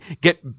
get